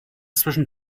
zwischen